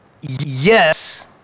yes